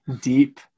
deep